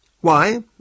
Why